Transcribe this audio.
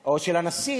או של הנשיא,